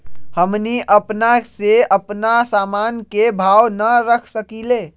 हमनी अपना से अपना सामन के भाव न रख सकींले?